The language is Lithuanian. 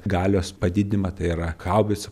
galios padidinimą tai yra haubicų